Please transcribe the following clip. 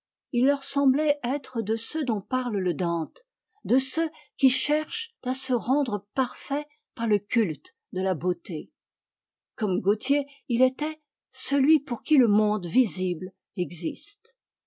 il leur semblait être de ceux dont parle le dante de ceux qui cherchent à se rendre parfaits par le culte de la beauté comme gautier il était celui pour qui le monde visible existe